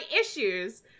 issues